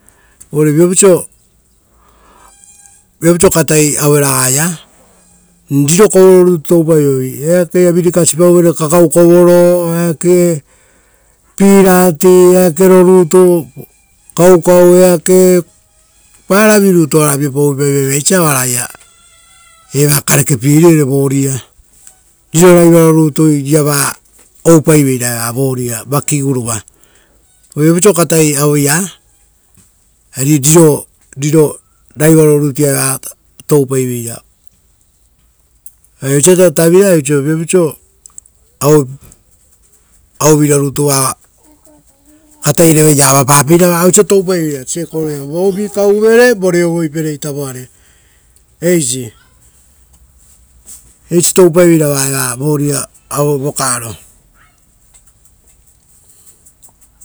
Uvare viapau oisio katai aueragaia, ari riro kovororutu toupaivoi; eakeia, virikasipau vere, kakau kovoro ora eake pirati paupaoro, kaukau kovoro ora oaravu oara viapau vaivaisia oaraia eva karepierivere vakia. Riro raivaro rutuia eva re taraparivere, uva viapau oisio katai raiva, ari riro raivaro rutuia evare, tarapaiveira. arioisio osa tavirae oisio viapau oisio katai raivaia avapapeira, ari oisio toupaiveira osa akokoto. Vo vi kavuvere ra o raivavuia vorevira vorepere vi-iare, eisi toupaiveira eva vakia vokovo aro